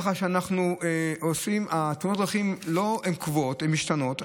כך שתאונות הדרכים הן לא קבועות, הן משתנות.